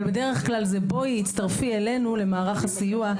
בדרך כלל זה 'בואי הצטרפי אלינו למערך הסיוע'.